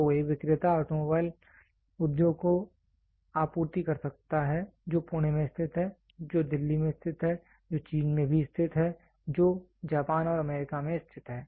तो एक विक्रेता ऑटोमोबाइल उद्योग को आपूर्ति कर सकता है जो पुणे में स्थित है जो दिल्ली में स्थित है जो चीन में भी स्थित है जो जापान और अमेरिका में स्थित है